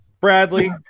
Bradley